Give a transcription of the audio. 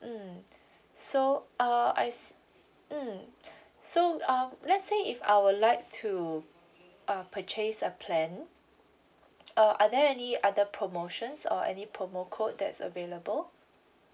mm so err I s~ mm so uh let's say if I will like to uh purchase a plan uh are there any other promotions or any promo code that's available